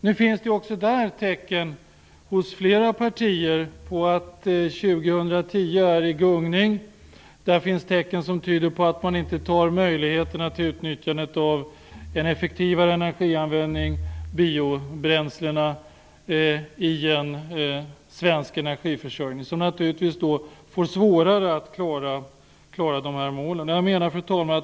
Nu finns det också där tecken hos flera partier på att målet 2010 är i gungning. Det finns tecken som tyder på att man inte tar möjligheterna till en effektivare energianvändning, biobränslena, i en svensk energiförsörjning, som naturligtvis då får svårare att klara målen.